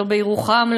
לא בירוחם,